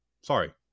Sorry